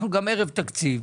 אנחנו גם ערב תקציב,